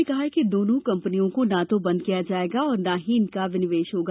सरकार ने कहा है कि दोनों कंपनियों को न तो बंद किया जाएगा और न ही इनका विनिवेश होगा